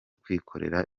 kwikorera